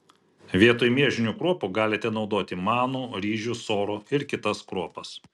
vietoj miežinių kruopų galite naudoti manų ryžių sorų ir kitas kruopas